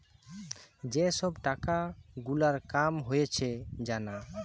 যেই সব টাকা গুলার কাম হয়েছে জানা